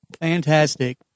Fantastic